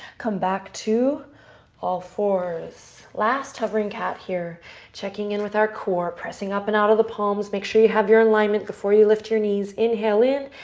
come back to all fours. last hovering cat here. checking in with our core. pressing up and out of the palms. make sure you have your alignment before you lift your knees. inhale in.